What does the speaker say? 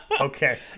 Okay